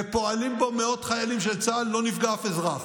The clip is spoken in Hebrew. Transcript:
ופועלים בו מאות חיילים של צה"ל, לא נפגע אף אזרח.